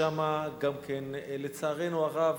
שם גם כן, לצערנו הרב,